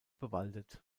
bewaldet